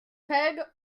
peg